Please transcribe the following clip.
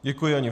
Děkuji.